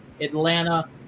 Atlanta